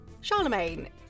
Charlemagne